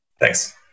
Thanks